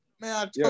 Man